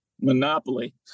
Monopoly